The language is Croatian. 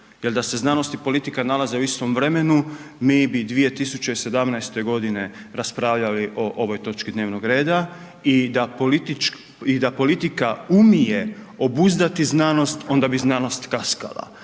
jer da se znanost i politika nalaze u istom vremenu, mi bi 2017. g. raspravljali o ovoj točki dnevnog reda i da politika umije obuzdati znanosti onda bi znanost kaskala.